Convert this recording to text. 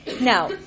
Now